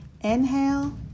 Inhale